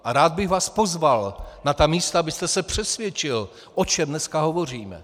A rád bych vás pozval na ta místa, abyste se přesvědčil, o čem dneska hovoříme.